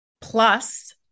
plus